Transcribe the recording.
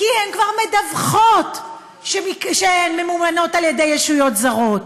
כי הן כבר מדווחות שהן ממומנות על-ידי ישויות זרות.